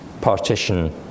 partition